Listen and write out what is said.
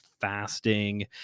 fasting